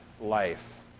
life